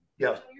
Yes